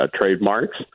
trademarks